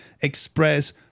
express